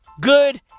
Good